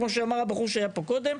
כמו שאמר הבחור שהיה פה קודם,